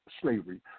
slavery